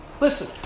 Listen